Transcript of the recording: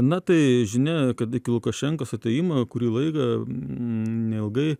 na tai žinia kad iki lukašenkos atėjimo kurį laiką neilgai